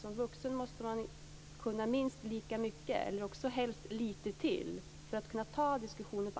Som vuxen måste man kunna minst lika mycket, helst lite till, för att på allvar kunna ta diskussionen.